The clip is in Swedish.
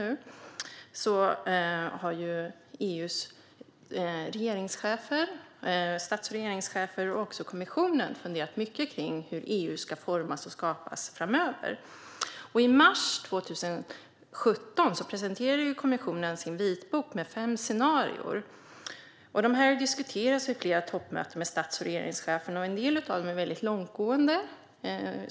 EU:s stats och regeringschefer och kommissionen har funderat mycket på hur EU ska formas och skapas framöver. I mars 2017 presenterade kommissionen sin vitbok med fem scenarier, vilka har diskuterats vid flera toppmöten med stats och regeringscheferna. En del av dem är väldigt långtgående.